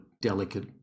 delicate